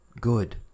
good